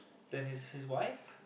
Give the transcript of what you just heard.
then his his wife